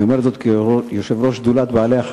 אני אומר את זה כיושב-ראש שדולת בעלי-החיים,